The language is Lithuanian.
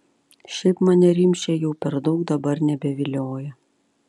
šiaip mane rimšė jau per daug dabar nebevilioja